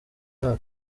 mwaka